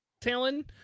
talon